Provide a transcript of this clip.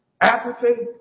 Apathy